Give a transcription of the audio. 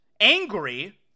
angry